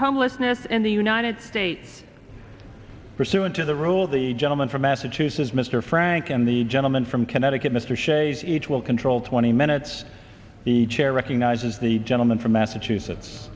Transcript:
homelessness in the united states pursuant to the role of the gentleman from massachusetts mr frank and the gentleman from connecticut mr shays each will control twenty minutes each chair recognizes the gentleman from massachusetts